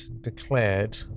declared